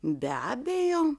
be abejo